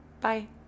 bye